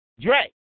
Dre